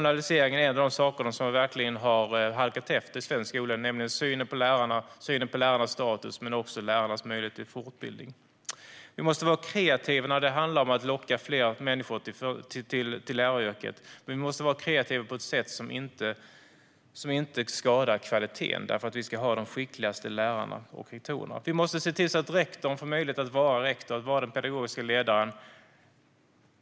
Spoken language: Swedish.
Något som verkligen har halkat efter i svensk skola sedan kommunaliseringen är nämligen synen på lärarna och deras status men också deras möjligheter till fortbildning. Vi måste vara kreativa när det handlar om att locka fler människor till läraryrket. Vi måste vara kreativa på ett sätt som inte skadar kvaliteten, för vi ska ha de skickligaste lärarna och rektorerna. Rektorn måste få möjlighet att vara rektor, den pedagogiska ledaren.